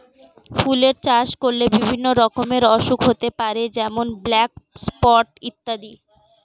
ফুলের চাষ করলে বিভিন্ন রকমের অসুখ হতে পারে যেমন ব্ল্যাক স্পট ইত্যাদি